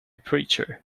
preacher